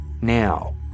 Now